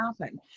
happen